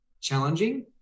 challenging